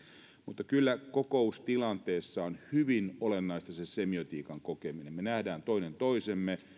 ja kyllä kokoustilanteessa on hyvin olennaista se semiotiikan kokeminen me näemme toinen toisemme me